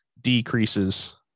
decreases